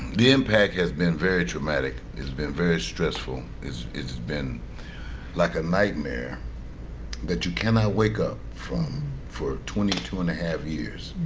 the impact has been very traumatic. it's been very stressful. it's it's been like a nightmare that you cannot wake up from for twenty two and a half years.